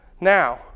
Now